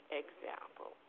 example